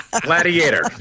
gladiator